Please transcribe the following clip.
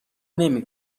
نمی